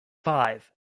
five